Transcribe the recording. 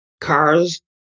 Cars